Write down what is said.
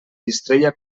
distreia